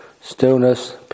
Stillness